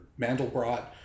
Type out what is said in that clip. Mandelbrot